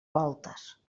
voltes